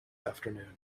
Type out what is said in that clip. afternoon